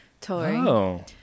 touring